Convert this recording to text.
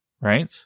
Right